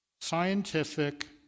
scientific